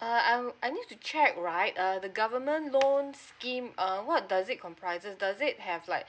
err I'm I need to check right uh the government loan scheme err what does it comprises does it have like